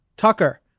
Tucker